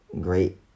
great